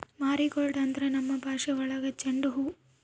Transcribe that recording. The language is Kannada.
ಮಾರಿಗೋಲ್ಡ್ ಅಂದ್ರೆ ನಮ್ ಭಾಷೆ ಒಳಗ ಚೆಂಡು ಹೂವು